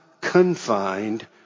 confined